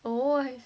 oh I